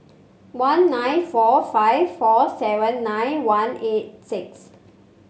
one nine four five four seven nine one eight six